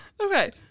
Okay